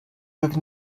with